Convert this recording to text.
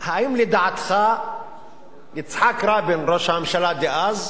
האם לדעתך יצחק רבין, ראש הממשלה דאז,